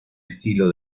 estilo